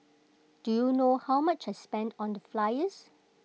do you know how much I spent on the flyers